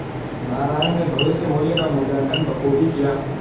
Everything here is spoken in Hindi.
नारायण ने भविष्य मुल्य का मूल्यांकन बखूबी किया